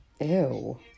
Ew